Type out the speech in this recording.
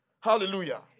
Hallelujah